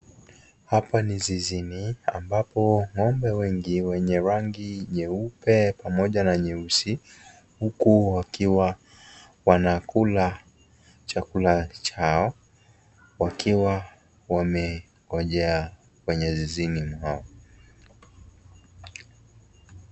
Hapa ni zizini ambapo ng'ombe wengi wenye rangi nyeupe pamoja na nyeusi, huku wakiwa wanakula chakula chao wakiwa wamengojea kwenye zizini mwao.